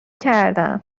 کردم